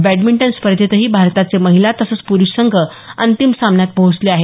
badminton स्पर्धेतही भारताचे महिला तसंच पुरुष संघ अंतिम सामन्यात पोहोचले आहेत